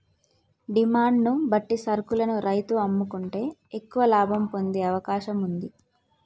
demand ను బట్టి సరుకును రైతు అమ్ముకుంటే ఎక్కువ లాభం పొందే అవకాశం వుంది